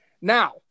Now